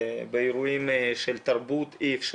באירועים של תרבות אי אפשר.